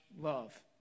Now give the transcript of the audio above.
love